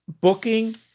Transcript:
booking